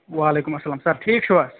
وَعلیکُم اَسلام سَر ٹھیٖک چھُوا